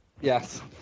Yes